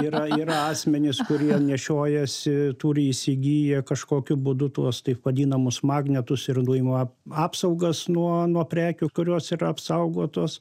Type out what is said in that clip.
yra yra asmenys kurie nešiojasi turi įsigiję kažkokiu būdu tuos taip vadinamus magnetus ir nuima apsaugas nuo nuo prekių kurios yra apsaugotos